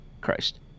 Christ